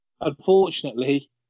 unfortunately